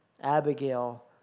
Abigail